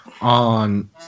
on